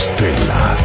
Stella